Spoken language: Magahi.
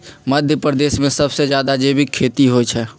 मध्यप्रदेश में सबसे जादा जैविक खेती होई छई